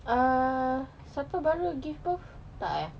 uh siapa baru give birth tak eh